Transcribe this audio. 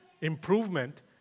Improvement